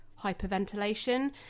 hyperventilation